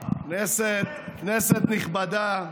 כנסת נכבדה.